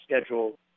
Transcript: schedule